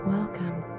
Welcome